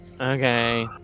okay